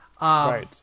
Right